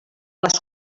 les